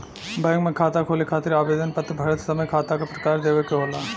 bank में खाता खोले खातिर आवेदन पत्र भरत समय खाता क प्रकार देवे के होला